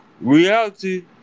reality